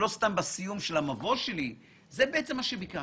בסיום של המבוא שלי זה מה שביקשתי,